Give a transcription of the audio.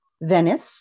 Venice